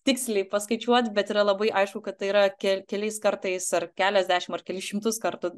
tiksliai paskaičiuot bet yra labai aišku kad tai yra ke keliais kartais ar keliasdešim ar kelis šimtus kartų